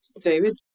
David